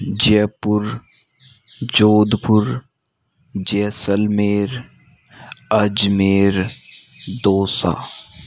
Jaipur Jodhpur Jaisalmer Ajmer dosa